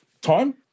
Time